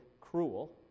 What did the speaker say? cruel